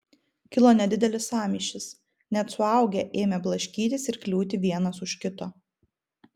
kilo nedidelis sąmyšis net suaugę ėmė blaškytis ir kliūti vienas už kito